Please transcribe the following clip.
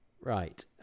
right